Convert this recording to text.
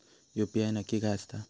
UPI नक्की काय आसता?